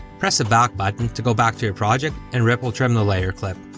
press the back button to go back to your project, and ripple trim the layer clip.